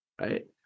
right